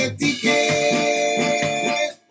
ticket